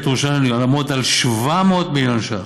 ירושלים לעמוד על 700 מיליון ש"ח,